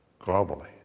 Globally